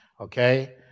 Okay